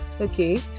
okay